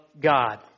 God